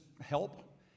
help